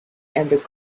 and